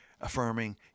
affirming